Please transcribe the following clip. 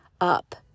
up